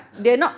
ah